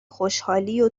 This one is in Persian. خوشحالیو